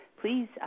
please